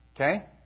okay